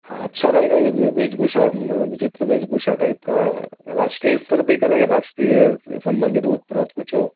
हाँ अच्छा रहेगा यह भी वेशभूषा म विचित्र वेशभूषा टाइप का राष्ट्रीय स्तर पर ही करेंगे राष्ट्रीय स सम्बंधित उपरोक्त कुछ हो